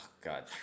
God